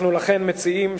אנחנו לכן מציעים,